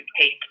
take